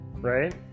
Right